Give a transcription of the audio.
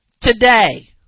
today